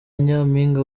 nyampinga